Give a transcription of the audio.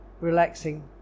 Relaxing